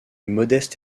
modeste